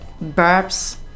verbs